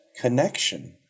connection